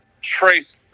trace